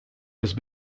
had